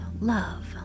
love